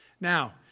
Now